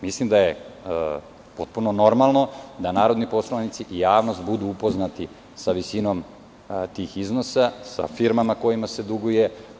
Mislim da je potpuno normalno da narodni poslanici i javnost budu upoznati sa visinom tih iznosa, sa firmama kojima se duguje.